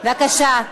חנין, בבקשה.